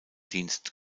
dienst